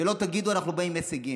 שלא תגידו: אנחנו באים עם הישגים.